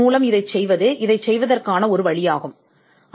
இப்போது நீங்கள் இதைச் செய்ய ஒரு வழியை ஒரு ஐ